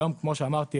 כיום כמו שאמרתי,